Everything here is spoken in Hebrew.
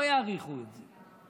לא יאריכו את זה.